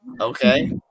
okay